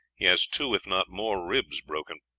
he has two, if not more ribs broken.